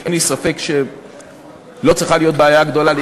אין לי ספק שלא צריכה להיות בעיה גדולה למצוא מקור תקציבי.